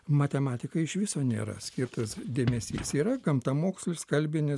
matematikai iš viso nėra skirtas dėmesys yra gamtamokslis kalbinis